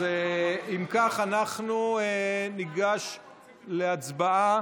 אם כך, אנחנו ניגש להצבעה